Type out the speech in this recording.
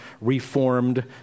Reformed